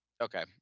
okay